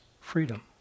freedom